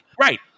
Right